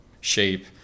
shape